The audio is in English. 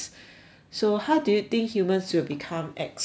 so how do you think humans will become extinct